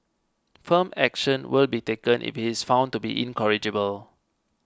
firm action will be taken if he is found to be incorrigible